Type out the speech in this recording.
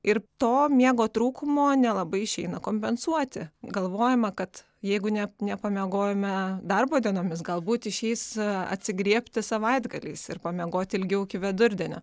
ir to miego trūkumo nelabai išeina kompensuoti galvojama kad jeigu ne nepamiegojome darbo dienomis galbūt išeis atsigriebti savaitgaliais ir pamiegoti ilgiau iki vidurdienio